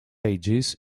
ages